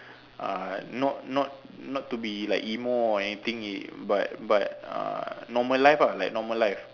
uh not not not to be like emo or anything if but but uh normal life lah like normal life